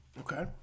Okay